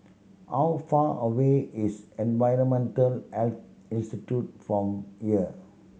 how far away is Environmental Health Institute from here